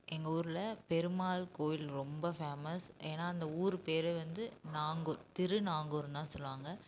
எங்கள் ஊரில் பெருமாள் கோயில் ரொம்ப ஃபேமஸ் ஏன்னா அந்த ஊர் பேரே வந்து நாங்கூர் திருநாங்கூர்னு தான் சொல்லுவாங்க